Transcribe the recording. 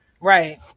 right